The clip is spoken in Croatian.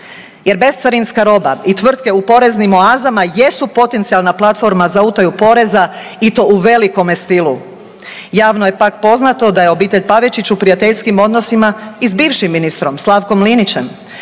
Jer bescarinska roba i tvrtke u poreznim oazama jesu potencijalna platforma za utaju poreza i to u velikome stilu. Javno je pak poznato da je obitelj Pavičić u prijateljskim odnosima i s bivšim ministrom Slavkom Linićem.